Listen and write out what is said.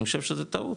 אני חושב שזאת טעות,